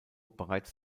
bereits